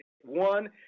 one